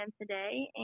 today